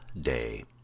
Day